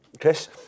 Chris